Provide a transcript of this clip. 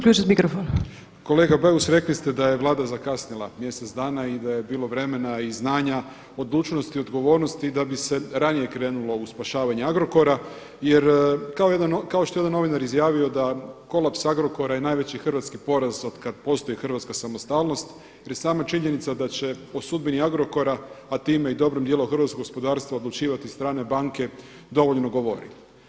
kolega Beus rekli ste da je Vlada zakasnila mjesec dana i da je bilo vremena i znanja, odlučnosti, odgovornosti da bi se ranije krenulo u spašavanje Agrokora jer kao što je jedan novinar izjavio da kolaps Agrokora je najveći hrvatski poraz od kada postoji hrvatska samostalnost jer je sama činjenica da će o sudbini Agrokora, a time i dobrim dijelom hrvatsko gospodarstvo odlučivati strane banke dovoljno govori.